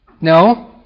no